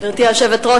גברתי היושבת-ראש,